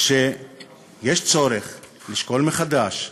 שיש צורך לשקול מחדש,